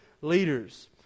leaders